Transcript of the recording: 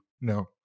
No